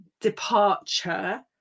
departure